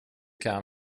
kan